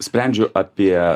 sprendžiu apie